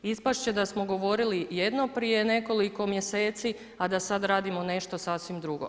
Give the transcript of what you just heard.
Ispasti će da smo govorili jedno prije nekoliko mjeseci a da sada radimo nešto sasvim drugo.